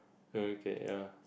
err okay ya